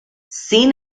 sin